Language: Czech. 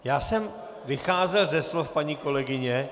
Já jsem vycházel ze slov paní kolegyně.